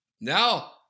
now